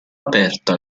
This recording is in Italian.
aperta